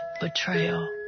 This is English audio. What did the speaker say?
betrayal